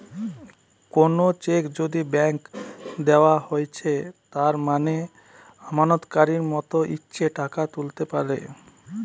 কোনো চেক যদি ব্ল্যাংক দেওয়া হৈছে তার মানে আমানতকারী যত ইচ্ছে টাকা তুলতে পাইরে